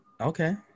okay